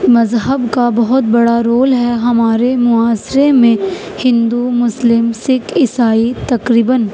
مذہب کا بہت بڑا رول ہے ہمارے معاشرے میں ہندو مسلم سکھ عیسائی تقریباً